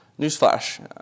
Newsflash